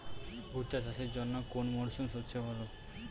ভুট্টা চাষের জন্যে কোন মরশুম সবচেয়ে ভালো?